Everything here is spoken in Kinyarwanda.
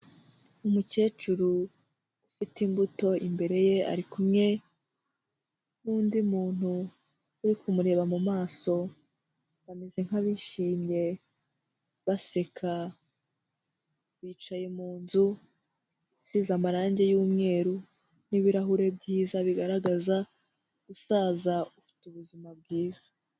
Umukecuru ufite imbuto imbere ye ari kumwe n'undi muntu uri kumureba mu maso bameze nk'abishimye baseka, bicaye mu nzu isize amarangi y'umweru n'ibirahure byiza bigaragaza gusaza ufite ubuzima bwiza.